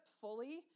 fully